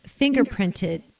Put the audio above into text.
fingerprinted